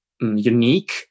unique